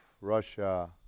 Russia